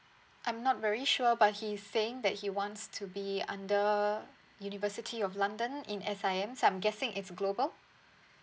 I'm not very sure but he is saying that he wants to be under university of london in S_I_M so I'm guessing it's global